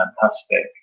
fantastic